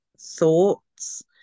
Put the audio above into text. thoughts